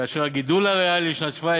כאשר הגידול הריאלי לשנת 2017